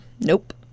Nope